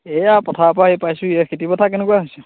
এই আৰু পথাৰৰ পৰা আহি পাইছোঁহিহে খেতি পথাৰ কেনেকুৱা হৈছে